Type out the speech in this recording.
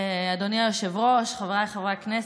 אדוני היושב-ראש, חבריי חברי הכנסת,